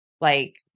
Like-